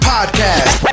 Podcast